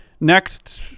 next